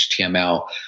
HTML